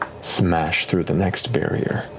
smash through the next barrier,